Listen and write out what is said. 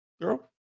Girl